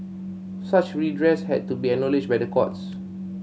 such redress had to be acknowledged by the courts